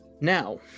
now